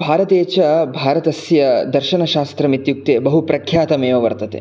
भारते च भारतस्य दर्शनशास्त्रम् इत्युक्ते बहुप्रख्यातमेव वर्तते